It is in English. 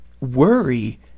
Worry